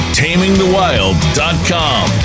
tamingthewild.com